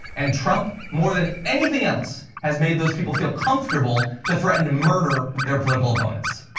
and trump more than anything else has made those people feel comfortable to threaten to murder their political opponents.